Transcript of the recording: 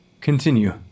Continue